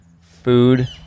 food